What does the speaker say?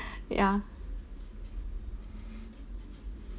ya